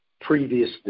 previous